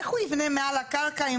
איך הוא יבנה מעל הקרקע אם